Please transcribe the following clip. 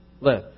live